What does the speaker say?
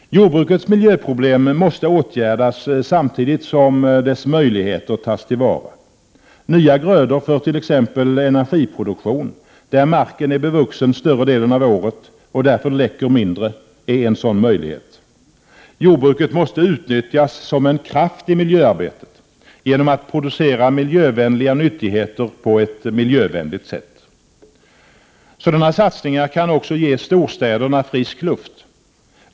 Jordbrukets miljöproblem måste åtgärdas samtidigt som dess möjligheter tas till vara. Nya grödor för t.ex. energiproduktion, där marken är bevuxen större delen av året och därför läcker mindre, är en sådan möjlighet. Jordbruket måste utnyttjas som en kraft i miljöarbetet genom att producera miljövänliga nyttigheter på ett miljövänligt sätt. Sådana satsningar kan också ge storstäderna frisk luft.